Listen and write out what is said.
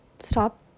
Stop